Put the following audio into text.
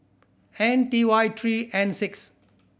I T Y three N six